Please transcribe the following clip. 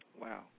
Wow